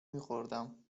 میخوردم